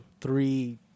three